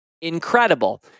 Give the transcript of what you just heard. incredible